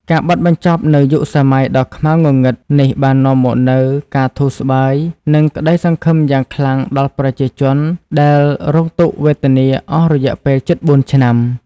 ការបិទបញ្ចប់នូវយុគសម័យដ៏ខ្មៅងងឹតនេះបាននាំមកនូវការធូរស្បើយ និងក្តីសង្ឃឹមយ៉ាងខ្លាំងដល់ប្រជាជនដែលរងទុក្ខវេទនាអស់រយៈពេលជិត ៤ ឆ្នាំ។